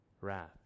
wrath